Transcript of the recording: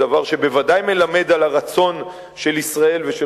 דבר שבוודאי מלמד על הרצון של ישראל ושל